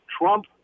Trump